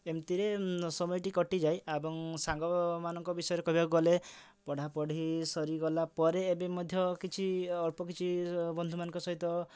ଏମିତିରେ ସମୟଟି କଟିଯାଇ ଏବଂ ସାଙ୍ଗମାନଙ୍କ ବିଷୟରେ କହିବାକୁ ଗଲେ ପଢ଼ାପଢ଼ି ସରିଗଲା ପରେ ଏବେ ମଧ୍ୟ କିଛି ଅଳ୍ପ କିଛି ବନ୍ଧୁମାନଙ୍କ ସହିତ